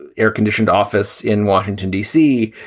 air conditioned office in washington, d c,